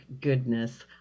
goodness